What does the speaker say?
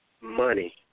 money